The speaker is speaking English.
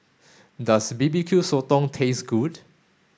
does B B Q Sotong taste good